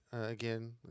again